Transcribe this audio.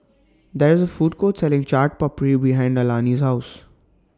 There IS A Food Court Selling Chaat Papri behind Alani's House